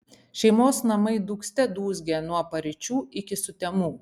šeimos namai dūgzte dūzgė nuo paryčių iki sutemų